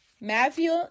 Matthew